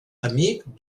amic